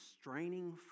straining